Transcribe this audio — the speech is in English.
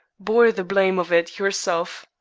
bore the blame of it yourself.